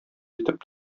итеп